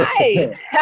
Nice